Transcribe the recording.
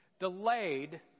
Delayed